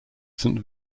saint